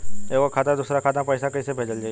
एगो खाता से दूसरा खाता मे पैसा कइसे भेजल जाई?